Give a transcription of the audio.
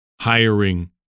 hiring